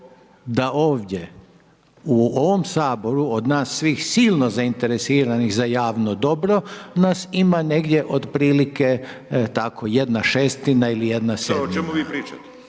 da ovdje u ovom Saboru, od nas svih silno zainteresiranih za javno dobro, nas ima negdje od prilike, tako, jedna šestina, ili jedna sedmina.